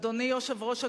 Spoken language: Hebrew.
אדוני יושב-ראש הכנסת,